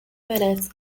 merece